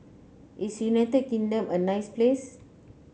is United Kingdom a nice place